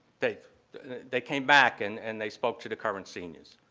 they they came back and and they spoke to the current seniors.